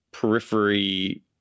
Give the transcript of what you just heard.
periphery